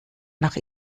nach